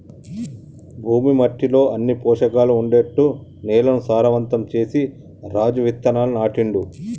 భూమి మట్టిలో అన్ని పోషకాలు ఉండేట్టు నేలను సారవంతం చేసి రాజు విత్తనాలు నాటిండు